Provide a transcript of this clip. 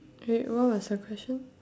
wait what was your question